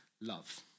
love